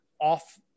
off